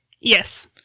Yes